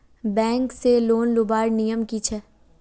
Bank से loan लुबार नियम की छे?